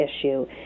issue